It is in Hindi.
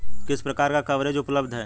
किस प्रकार का कवरेज उपलब्ध है?